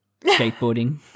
skateboarding